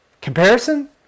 Comparison